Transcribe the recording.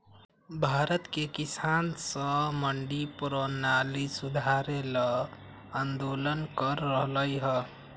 भारत के किसान स मंडी परणाली सुधारे ल आंदोलन कर रहल हए